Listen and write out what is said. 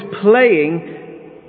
playing